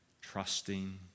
trusting